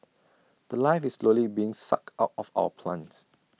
The Life is slowly being sucked out of our plants